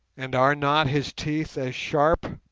and are not his teeth as sharp?